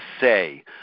say